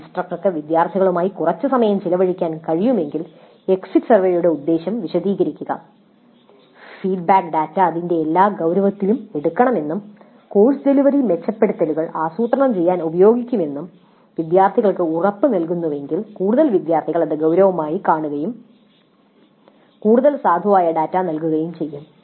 ഇൻസ്ട്രക്ടർക്ക് വിദ്യാർത്ഥികളുമായി കുറച്ച് സമയം ചെലവഴിക്കാൻ കഴിയുമെങ്കിൽ എക്സിറ്റ് സർവേയുടെ ഉദ്ദേശ്യം വിശദീകരിക്കുക ഫീഡ്ബാക്ക് ഡാറ്റ അതിന്റെ എല്ലാ ഗൌരവത്തിലും എടുക്കുമെന്നും കോഴ്സ് ഡെലിവറി മെച്ചപ്പെടുത്തലുകൾ ആസൂത്രണം ചെയ്യാൻ ഉപയോഗിക്കുമെന്നും വിദ്യാർത്ഥികൾക്ക് ഉറപ്പുനൽകുന്നുവെങ്കിൽ കൂടുതൽ വിദ്യാർത്ഥികൾ ഇത് ഗൌരവമായി കാണുകയും കൂടുതൽ സാധുവായ ഡാറ്റ നൽകുകയും ചെയ്യും